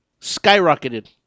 skyrocketed